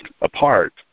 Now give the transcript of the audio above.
apart